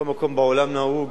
בכל מקום בעולם נהוג